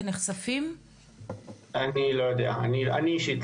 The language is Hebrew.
אני חושבת